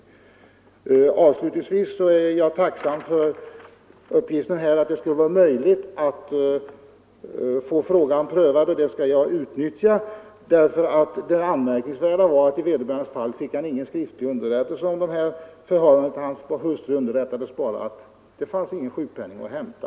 Jag är tacksam för uppgifterna att det skulle vara möjligt att få frågan prövad av riksförsäkringsverket. Den möjligheten skall jag utnyttja. Det anmärkningsvärda var nämligen att vederbörande inte fick någon skriftlig underrättelse. Hans hustru meddelades bara att det inte fanns någon sjukpenning att hämta.